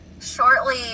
Shortly